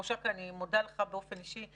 ראש אכ"א, אני מודה לך באופן אישי.